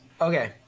Okay